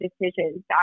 decisions